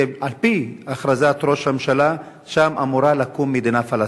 שעל-פי הכרזת ראש הממשלה שם אמורה לקום מדינה פלסטינית?